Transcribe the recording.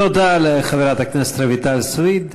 תודה לחברת הכנסת רויטל סויד.